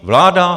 Vláda?